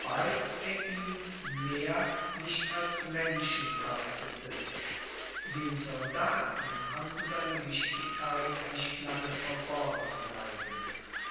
bald er ihm mehr nicht als menschen kostete dem soldaten konnte seine wichtigkeit nicht lange verborgen bleiben